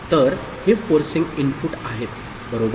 तर हे forcing input आहेत बरोबर